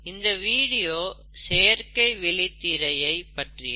இந்த வீடியோ செயற்கை விழித்திரையை பற்றியது